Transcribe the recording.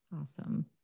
Awesome